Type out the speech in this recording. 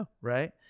Right